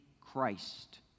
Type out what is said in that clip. Christ